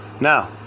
Now